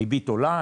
הריבית עולה,